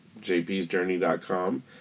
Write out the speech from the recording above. jp'sjourney.com